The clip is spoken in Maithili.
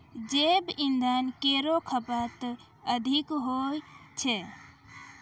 जैव इंधन केरो खपत अधिक होय छै